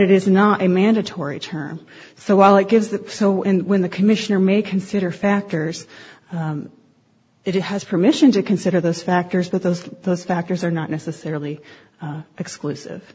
it is not a mandatory term so while it gives that so when the commissioner may consider factors it has permission to consider those factors but those those factors are not necessarily exclusive